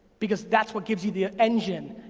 because that's what gives you the engine.